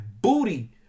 booty